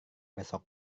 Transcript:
besok